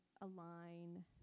align